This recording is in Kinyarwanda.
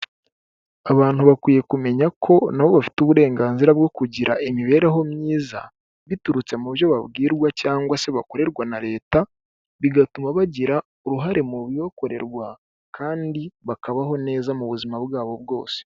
Abantu bakwiye kumenya ko na bo bafite uburenganzira bwo kugira imibereho myiza, biturutse mu byo babwirwa cyangwa se bakorerwa na Leta, bigatuma bagira uruhare mu bibakorerwa kandi bakabaho neza mu buzima bwabo bwose.